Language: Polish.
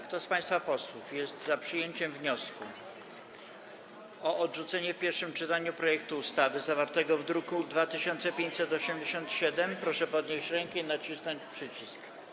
Kto z państwa posłów jest za przyjęciem wniosku o odrzucenie w pierwszym czytaniu projektu ustawy zawartego w druku nr 2587, proszę podnieść rękę i nacisnąć przycisk.